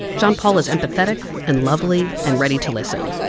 john paul is empathetic and lovely and ready to listen.